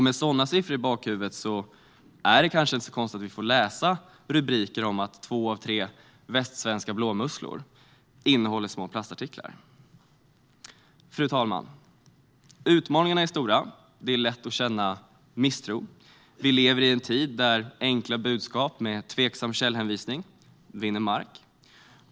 Med sådana siffror i bakhuvudet är det kanske inte så konstigt att vi får läsa rubriker om att två av tre västsvenska blåmusslor innehåller små plastartiklar. Fru talman! Utmaningarna är stora, och det är lätt att känna misstro. Vi lever i en tid där enkla budskap med tveksam källhänvisning vinner mark.